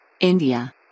India